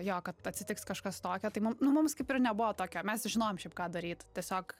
jo kad atsitiks kažkas tokio tai mum nu mums kaip ir nebuvo tokio mes žinojom šiaip ką daryt tiesiog